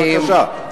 בבקשה.